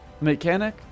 mechanic